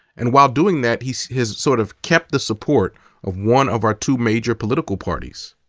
and while doing that, he has sort of kept the support of one of our two major political parties.